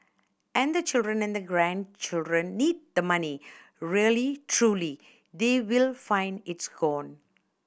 and the children and grandchildren need the money really truly they will find it's gone